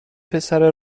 پسره